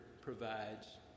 provides